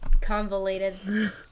convoluted